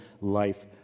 life